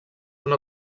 una